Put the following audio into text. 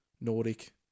Nordic